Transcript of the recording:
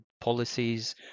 policies